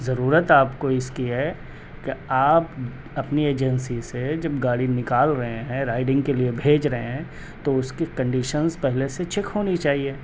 ضرورت آپ کو اس کی ہے کہ آپ اپنی ایجنسی سے جب گاڑی نکال رہے ہیں رائڈنگ کے لئے بھیج رہے ہیں تو اس کی کنڈیشنز پہلے سے چیک ہونی چاہیے